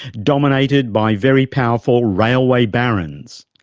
dominated by very powerful railway barons.